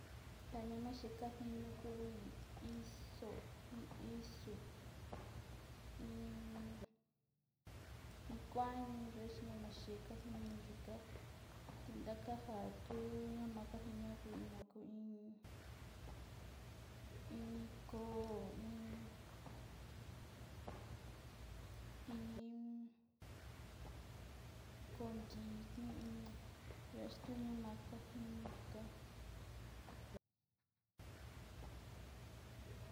Ja ntaka in kiti ñamaxe kajinu kaku ntaka isu juañu va'au isu yuka kaku sava jiti kajinu ñama.